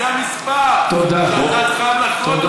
זה המספר שאתה חייב לחרוט אותו, לא מדד, תודה.